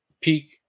peak